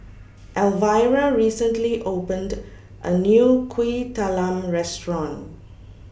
Elvira recently opened A New Kuih Talam Restaurant